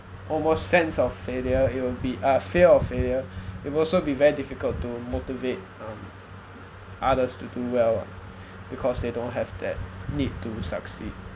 almost sense of failure it will be uh fear of failure it would also be very difficult to motivate um others to do well because they don't have that need to succeed